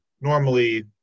normally